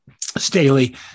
Staley